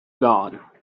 gone